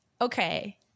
Okay